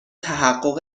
تحقق